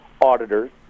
auditors